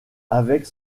avec